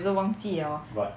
我也是忘记了